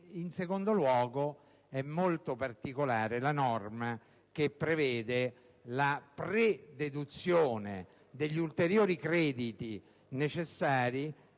In secondo luogo, è molto particolare la norma che prevede la prededuzione degli ulteriori crediti necessari